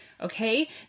Okay